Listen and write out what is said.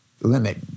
limit